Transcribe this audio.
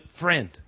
friend